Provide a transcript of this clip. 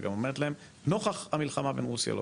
וגם אומרת להם "נוכח המלחמה בין רוסיה לאוקראינה".